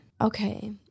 okay